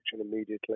immediately